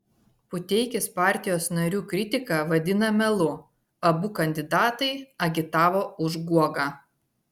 puteikis partijos narių kritiką vadina melu abu kandidatai agitavo už guogą